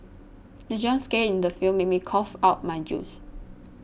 the jump scare in the film made me cough out my juice